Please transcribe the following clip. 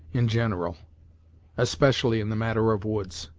in general especially in the matter of woods.